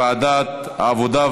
לוועדת העבודה,